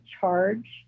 charge